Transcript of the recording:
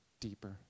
deeper